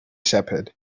shepherd